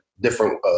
different